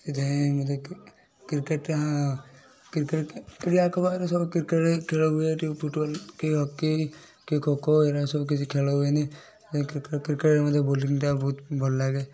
ସେଥିପାଇଁ ମୋତେ କ୍ରିକେଟ୍ଟା କ୍ରିକେଟ୍ ଆଖପାଖରେ ସବୁ କ୍ରିକେଟ୍ ଖେଳ ହୁଏ ଟିକେ ଫୁଟବଲ୍ କି ହକି କି ଖୋଖୋ ଏରା ସବୁ କିଛି ଖେଳ ହୁଏନି କ୍ରିକେଟ୍ କ୍ରିକେଟ୍ ମୋତେ ବୋଲିଙ୍ଗ୍ ଟା ବହୁତୁ ଭଲ ଲାଗେ